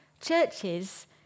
Churches